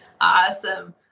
Awesome